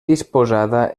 disposada